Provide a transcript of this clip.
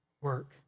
work